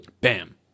Bam